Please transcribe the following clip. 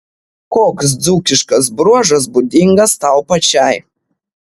koks dzūkiškas bruožas būdingas tau pačiai